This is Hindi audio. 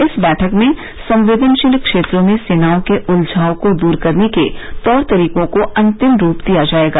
इस बैठक में संवेदनशील क्षेत्र में सेनाओं के उलझाव को दूर करने के तौर तरीकों को अंतिम रूप दिया जाएगा